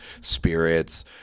spirits